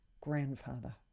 grandfather